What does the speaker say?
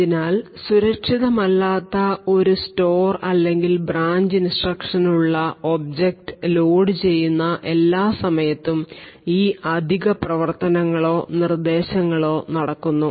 അതിനാൽ സുരക്ഷിതമല്ലാത്ത ഒരു സ്റ്റോർ അല്ലെങ്കിൽ ബ്രാഞ്ച് ഇൻസ്ട്രക്ഷൻ ഉള്ള ഒബ്ജക്റ്റ് ലോഡ് ചെയ്യുന്ന എല്ലാ സമയത്തും ഈ അധിക പ്രവർത്തനങ്ങളോ നിർദ്ദേശങ്ങളോ നടക്കുന്നു